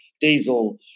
diesel